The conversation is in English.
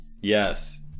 Yes